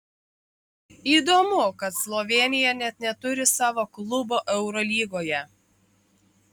įdomu kad slovėnija net neturi savo klubo eurolygoje